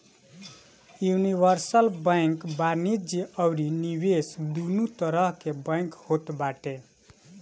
universal bank वाणिज्य अउरी निवेश दूनो तरह के बैंक होत बाटे